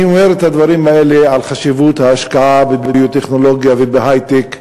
אני אומר את הדברים האלה על חשיבות ההשקעה בביו-טכנולוגיה ובהיי-טק,